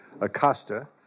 Acosta